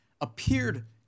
appeared